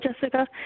Jessica